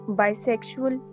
bisexual